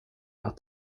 att